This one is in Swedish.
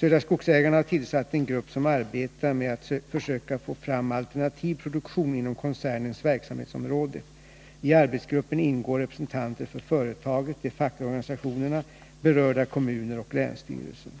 Södra Skogsägarna har tillsatt en grupp som arbetar med att försöka få fram alternativ produktion inom koncernens verksamhetsområde. I arbetsgruppen ingår representanter för företaget, de fackliga organisationerna, berörda kommuner och länsstyrelsen.